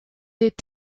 est